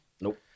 Nope